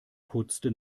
putzte